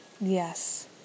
Yes